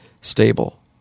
stable